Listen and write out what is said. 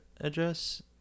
address